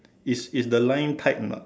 is in the line tight or not